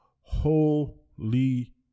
holy